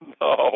No